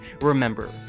remember